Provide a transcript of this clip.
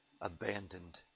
abandoned